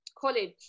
college